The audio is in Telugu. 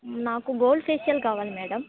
నాకు గోల్డ్ ఫేషియల్ కావాలి మేడం